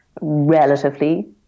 relatively